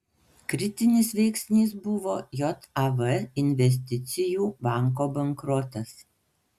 kritinis veiksnys buvo jav investicijų banko bankrotas